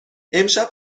امشب